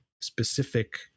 specific